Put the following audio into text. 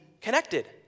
connected